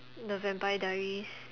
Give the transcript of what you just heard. the Vampire Diaries